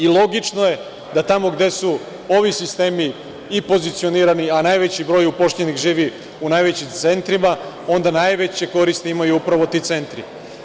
Logično je da tamo gde su ovi sistemi pozicionirani, a najveći broj uposlenih živi u najvećim centrima, onda najveće koristi imaju upravo ti centri.